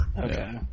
Okay